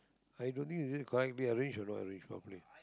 i don't think is it correct they arrange or not arrange properly